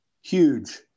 huge